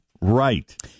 right